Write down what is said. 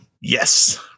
Yes